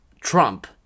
Trump